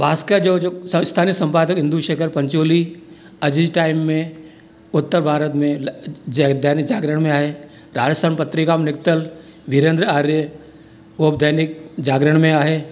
भास्कर जो जो स्थानीय संपादक हिंदू शिखर पंचोली अॼु जे टाइम में उत्तर भारत में जे दैनिक जागरण में आहे राजस्थान पत्रिका में निकतल विरेंद्र आर्य हो बि दैनिक जागरण में आहे